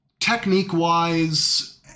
Technique-wise